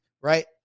right